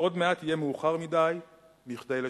ועוד מעט יהיה מאוחר מדי לשנות.